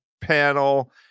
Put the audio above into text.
panel